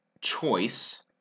choice